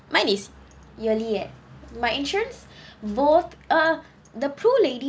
mine is yearly eh my insurance both uh the pro lady